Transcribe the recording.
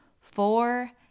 four